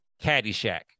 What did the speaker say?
Caddyshack